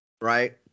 Right